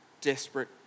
desperate